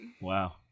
Wow